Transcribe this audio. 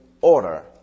order